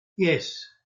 yes